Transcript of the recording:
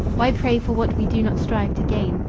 why pray for what we do not strive to gain?